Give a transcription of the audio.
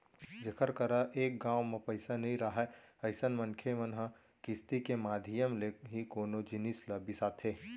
जेखर करा एक घांव म पइसा नइ राहय अइसन मनखे मन ह किस्ती के माधियम ले ही कोनो जिनिस ल बिसाथे